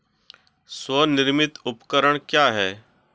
स्वनिर्मित उपकरण क्या है?